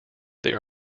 there